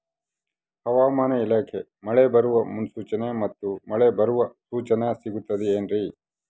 ಹವಮಾನ ಇಲಾಖೆ ಮಳೆ ಬರುವ ಮುನ್ಸೂಚನೆ ಮತ್ತು ಮಳೆ ಬರುವ ಸೂಚನೆ ಸಿಗುತ್ತದೆ ಏನ್ರಿ?